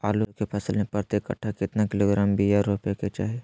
आलू के फसल में प्रति कट्ठा कितना किलोग्राम बिया रोपे के चाहि?